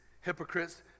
hypocrites